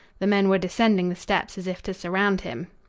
the men were descending the steps as if to surround him.